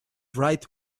bright